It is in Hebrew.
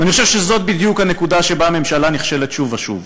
ואני חושב שזו בדיוק הנקודה שבה הממשלה נכשלת שוב ושוב.